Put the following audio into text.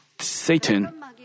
Satan